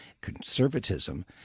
conservatism